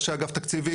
ראשי אגף תקציבים,